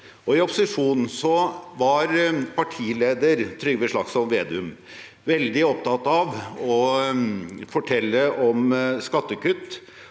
I opposisjon var partileder Trygve Slagsvold Vedum veldig opptatt av å fortelle om skattekutt